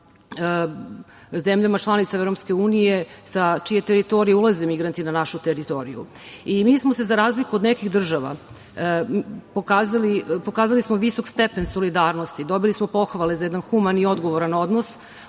zemljama članica EU sa čije teritorije ulaze migranti na našu teritoriju i mi smo za razliku od nekih država pokazali visok stepen solidarnosti. Dobili smo pohvale za jedan human i odgovoran odnos,